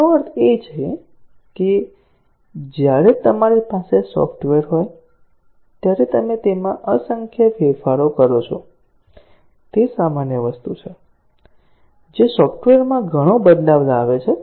તેનો ખરેખર અર્થ એ છે કે જ્યારે તમારી પાસે સોફ્ટવેર હોય ત્યારે તમે તેમાં અસંખ્ય ફેરફારો કરો છો તે સામાન્ય વસ્તુ છે જે સોફ્ટવેરમાં ઘણો બદલાવ લાવે છે